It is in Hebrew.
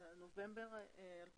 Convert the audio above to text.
אמרו לנו נובמבר 2020